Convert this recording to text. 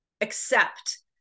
accept